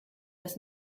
das